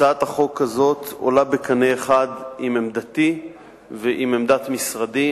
הצעת החוק הזאת עולה בקנה אחד עם עמדתי ועם עמדת משרדי,